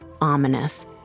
ominous